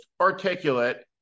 articulate